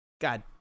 God